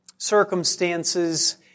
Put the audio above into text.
Circumstances